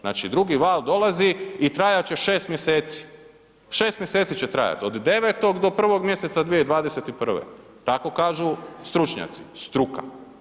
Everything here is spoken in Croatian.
Znači drugi val dolazi i trajat će 6 mjeseci, 6 mjeseci će trajat, od 9. do 1. mjeseca 2021., tako kažu stručnjaci, struka.